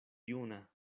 juna